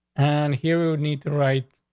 and here we need to write.